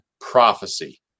prophecy